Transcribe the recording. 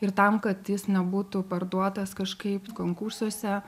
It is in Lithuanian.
ir tam kad jis nebūtų parduotas kažkaip konkursuose